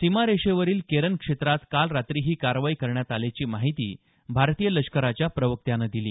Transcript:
सीमारेषेवरील केरन क्षेत्रात काल रात्री ही कारवाई करण्यात आल्याची माहिती भारतीय लष्कराच्या प्रवक्त्यांनं दिली